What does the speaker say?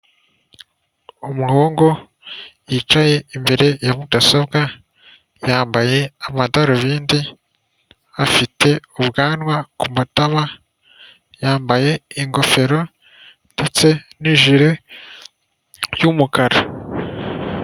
Umuhungu yicaye imbere ya mudasobwa, yambaye amadarubindi, afite ubwanwa ku matama, yambaye ingofero ndetse n'ijire y'umukara.